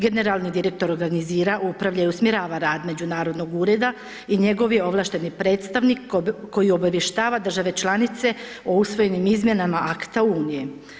Generalni direktor organizira, upravlja i usmjerava rad međunarodno ureda i njegov je ovlašteni predstavnik koji obavještava države članice o usvojenim izmjenama akta unije.